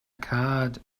card